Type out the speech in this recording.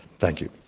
thank you.